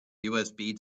usb